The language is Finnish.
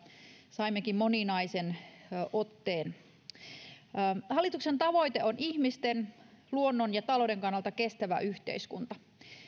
saimmekin moninaisen otteen hallituksen tavoite on ihmisten luonnon ja talouden kannalta kestävä yhteiskunta